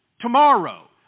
tomorrow